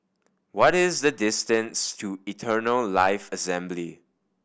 what is the distance to Eternal Life Assembly